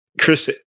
Chris